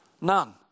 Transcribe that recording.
None